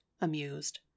amused